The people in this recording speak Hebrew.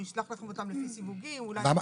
הוא ישלח לכם אותם לפי סיווגים אולי.